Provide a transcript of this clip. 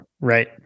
Right